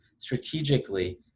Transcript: strategically